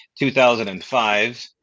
2005